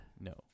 No